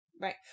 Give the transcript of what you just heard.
Right